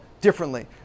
differently